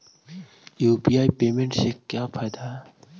UPI payment से का फायदा है?